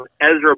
Ezra